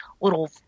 little